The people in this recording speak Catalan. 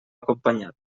acompanyat